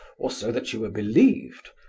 or so that you were believed.